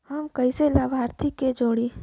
हम कइसे लाभार्थी के जोड़ी?